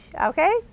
okay